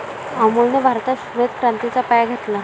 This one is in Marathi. अमूलने भारतात श्वेत क्रांतीचा पाया घातला